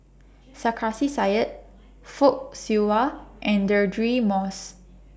Sarkasi Said Fock Siew Wah and Deirdre Moss